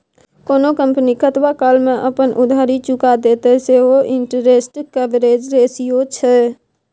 कोनो कंपनी कतबा काल मे अपन उधारी चुका देतेय सैह इंटरेस्ट कवरेज रेशियो छै